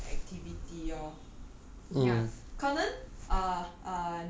有有对她有兴趣的的的一种 like activity lor